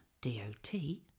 D-O-T